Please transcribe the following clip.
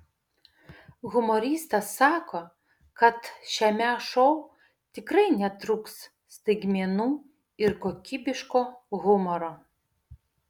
humoristas sako kad šiame šou tikrai netrūks staigmenų ir kokybiško humoro